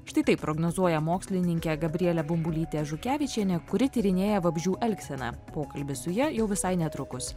štai taip prognozuoja mokslininkė gabrielė bumbulytė žukevičienė kuri tyrinėja vabzdžių elgseną pokalbis su ja jau visai netrukus